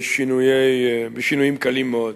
בשינויים קלים מאוד.